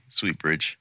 Sweetbridge